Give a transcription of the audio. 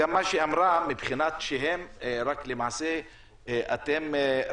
מטריד גם מה שנאמר, שלמעשה המשטרה רק